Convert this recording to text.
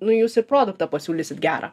nu jūs ir produktą pasiūlysit gerą